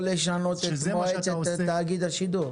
או לשנות את מועצת תאגיד השידור.